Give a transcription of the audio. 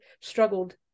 struggled